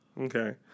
Okay